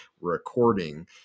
recording